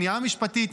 מניעה משפטית.